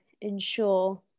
ensure